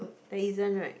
there isn't right